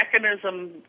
mechanism